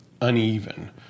uneven